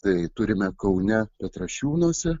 tai turime kaune petrašiūnuose